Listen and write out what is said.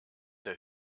der